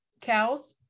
cows